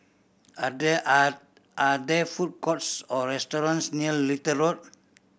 are there are are there food courts or restaurants near Little Road